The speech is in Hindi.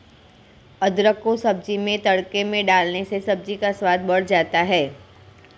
अदरक को सब्जी में तड़के में डालने से सब्जी का स्वाद बढ़ जाता है